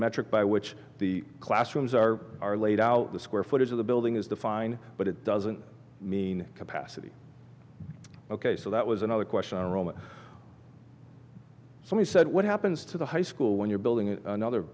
metric by which the classrooms are are laid out the square footage of the building is the fine but it doesn't mean capacity ok so that was another question roman so we said what happens to the high school when you're building another